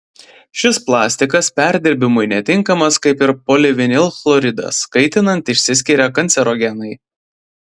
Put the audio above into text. šis plastikas perdirbimui netinkamas kaip ir polivinilchloridas kaitinant išsiskiria kancerogenai